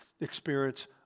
experience